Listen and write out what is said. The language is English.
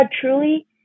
truly